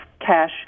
cash